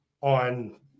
on